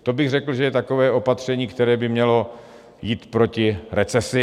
To bych řekl, že je takové opatření, které by mělo jít proti recesi.